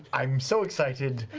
i'm so excited.